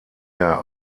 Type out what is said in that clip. der